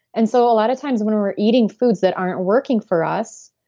and so a lot of times when we're eating foods that aren't working for us,